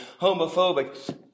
homophobic